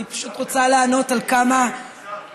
אני פשוט רוצה לענות על כמה מילות,